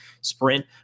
Sprint